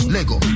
Lego